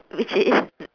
which is